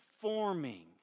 forming